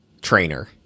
trainer